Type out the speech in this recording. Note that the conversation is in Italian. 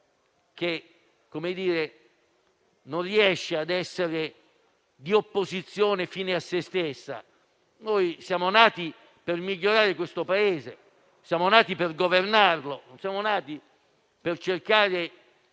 che non riesce a essere di opposizione fine a se stessa. Siamo nati per migliorare questo Paese, siamo nati per governarlo, non siamo nati per cercare